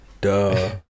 Duh